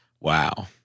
Wow